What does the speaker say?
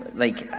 like,